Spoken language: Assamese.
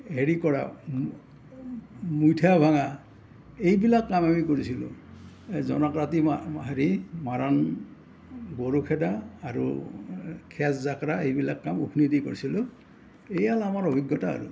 হেৰি কৰা মুইঠা ভাঙা এইবিলাক কাম আমি কৰিছিলোঁ এই জোনাক ৰাতি হেৰি মাৰণ গৰু খেদা আৰু খেৰ জাকৰা এইবিলাক কাম ওখনি দি কৰিছিলোঁ এয়াই হ'ল আমাৰ অভিজ্ঞতা আৰু